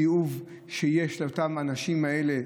מתוך תיעוב שיש לאנשים האלה.